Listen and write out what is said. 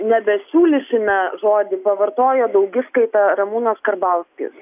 nebesiūlysime žodį pavartojo daugiskaita ramūnas karbauskis